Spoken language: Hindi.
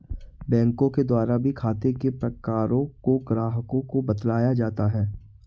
बैंकों के द्वारा भी खाते के प्रकारों को ग्राहकों को बतलाया जाता है